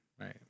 right